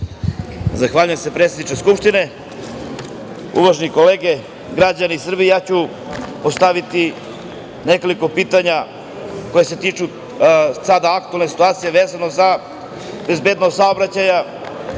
Zahvaljujem se, predsedniče Skupštine. Uvažene kolege, građani Srbije, postaviću nekoliko pitanja koja se tiču sada aktuelne situacije, vezano za bezbednost saobraćaja,